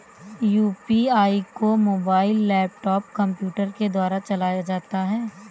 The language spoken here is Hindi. यू.पी.आई को मोबाइल लैपटॉप कम्प्यूटर के द्वारा चलाया जाता है